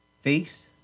face